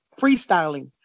freestyling